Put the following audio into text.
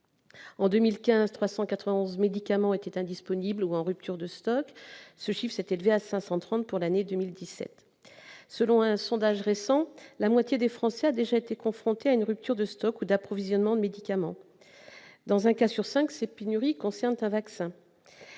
En 2015, 391 médicaments étaient indisponibles ou en rupture de stock, contre 530 pour l'année 2017. Selon un sondage récent, la moitié des Français a déjà été confrontée à une rupture de stock ou d'approvisionnement en médicament. Dans un cas sur cinq, ces pénuries concernent un vaccin.